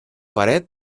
paret